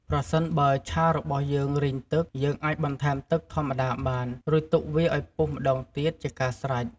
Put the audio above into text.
ប្រសិនបើ ឆារបស់យើងរីងទឹក យើងអាចបន្ថែមទឹកធម្មតាបាន រួចទុកវាឲ្យពុះម្តងទៀតជាការស្រេច។